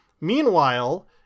meanwhile